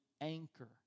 anchor